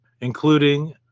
including